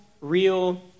real